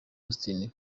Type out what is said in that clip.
austin